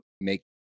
make